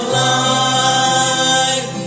life